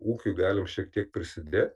ūkiui galim šiek tiek prisidėt